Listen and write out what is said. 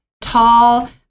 tall